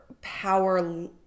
power